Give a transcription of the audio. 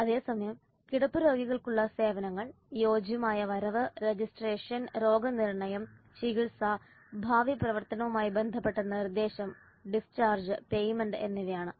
അതേസമയം കിടപ്പുരോഗികൾക്കുള്ള സേവനങ്ങൾ യോജ്യമായ വരവ് രജിസ്ട്രേഷൻ രോഗനിർണയം ചികിത്സ ഭാവി പ്രവർത്തനവുമായി ബന്ധപ്പെട്ട നിർദ്ദേശം ഡിസ്ചാർജ് പേയ്മെന്റ് എന്നിവയാണ്